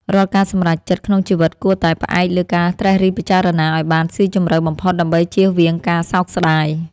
រាល់ការសម្រេចចិត្តក្នុងជីវិតគួរតែផ្អែកលើការត្រិះរិះពិចារណាឱ្យបានស៊ីជម្រៅបំផុតដើម្បីចៀសវាងការសោកស្តាយ។